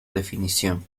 definición